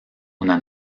una